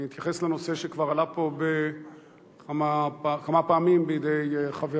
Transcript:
אני אתייחס לנושא שכבר עלה פה כמה פעמים על-ידי חברי,